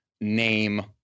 name